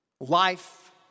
Life